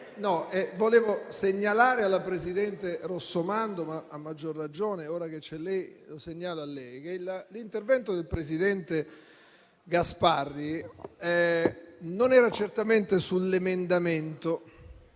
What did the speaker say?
Volevo segnalare alla presidente Rossomando, ma a maggior ragione ora che c'è lei lo segnalo a lei, che l'intervento del presidente Gasparri non era certamente sull'emendamento.